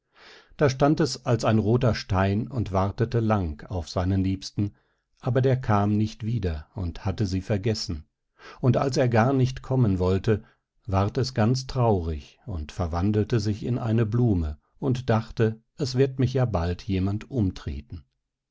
da stand es als ein rother stein und wartete lang auf seinen liebsten aber der kam nicht wieder und hatte sie vergessen und als er gar nicht kommen wollte ward es ganz traurig und verwandelte sich in eine blume und dachte es wird mich ja bald jemand umtreten